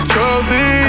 Trophy